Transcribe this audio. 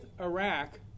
Iraq